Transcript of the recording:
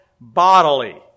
bodily